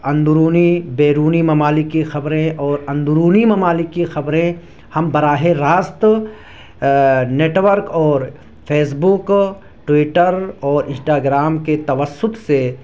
اندرونی بیرونی ممالک کی خبریں اور اندرونی ممالک کی خبریں ہم براہ راست نیٹورک اور فیس بک ٹوئیٹر اور انسٹاگرام کے توسط سے